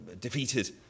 defeated